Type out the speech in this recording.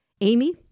Amy